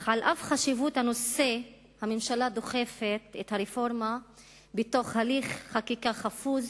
אך על אף חשיבות הנושא הממשלה דוחפת את הרפורמה בתוך הליך חקיקה חפוז,